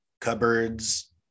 cupboards